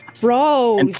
bro